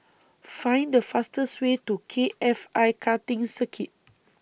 Find The fastest Way to K F I Karting Circuit